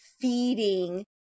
feeding